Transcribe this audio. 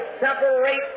separate